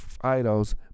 idols